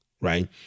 right